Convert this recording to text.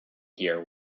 here